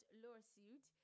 lawsuit